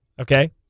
Okay